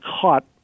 caught